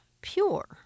pure